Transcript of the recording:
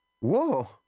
Whoa